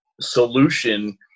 solution